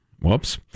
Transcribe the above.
Whoops